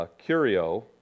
curio